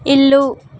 ఇల్లు